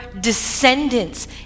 descendants